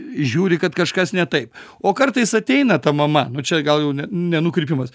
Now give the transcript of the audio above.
žiūri kad kažkas ne taip o kartais ateina ta mama nu čia gal jau ne ne nukrypimas